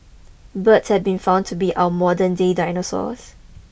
birds have been found to be our modernday dinosaurs